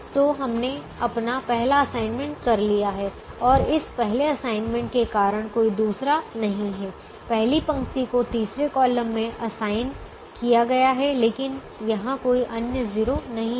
तो हमने अपना पहला असाइनमेंट कर लिया है और इस पहले असाइनमेंट के कारण कोई दूसरा नहीं है पहली पंक्ति को तीसरे कॉलम में असाइन किया गया है लेकिन यहां कोई अन्य 0 नहीं है